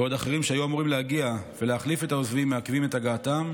בעוד אחרים שהיו אמורים להגיע ולהחליף את העוזבים מעכבים את הגעתם.